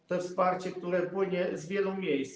Jest to wsparcie, które płynie z wielu miejsc.